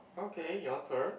okay your turn